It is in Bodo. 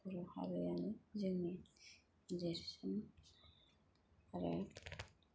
बर हारियानो जोंनि देरसिन आरो